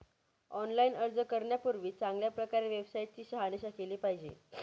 online अर्ज करण्यापूर्वी चांगल्या प्रकारे वेबसाईट ची शहानिशा केली पाहिजे